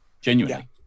genuinely